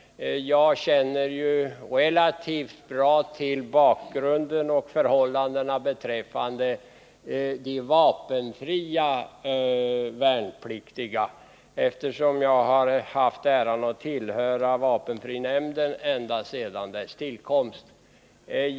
Jag känner relativt bra till bakgrunden och förhållandena för de vapenfria värnpliktiga — jag har haft äran att tillhöra vapenfrinämnden ända sedan dess tillkomst.